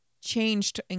changed